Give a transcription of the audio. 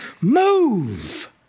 move